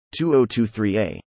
2023a